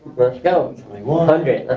goes one hundred.